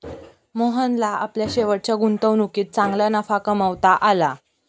मोहनला आपल्या शेवटच्या गुंतवणुकीत चांगला नफा कमावता आला